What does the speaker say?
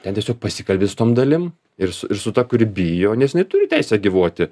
ten tiesiog pasikalbi su tom dalim ir su ir su ta kuri bijo nes jinai turi teisę gyvuoti